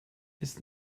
ist